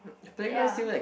ya